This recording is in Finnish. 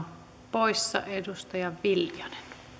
poissa edustaja viljanen